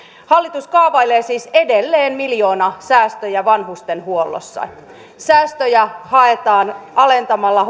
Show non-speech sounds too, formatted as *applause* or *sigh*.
hallitus kaavailee siis edelleen miljoonasäästöjä vanhustenhuollossa säästöjä haetaan alentamalla *unintelligible*